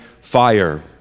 fire